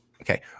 Okay